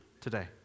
today